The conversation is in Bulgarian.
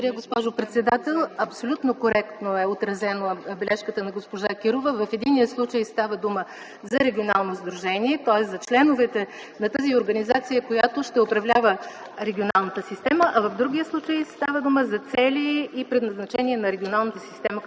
Благодаря, госпожо председател. Абсолютно коректно е отразена бележката на госпожа Кирова. В единия случай става дума за регионално сдружение, тоест за членовете на тази организация, която ще управлява регионалната система, а в другия случай става дума за цели и предназначение на регионалната система